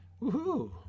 Woohoo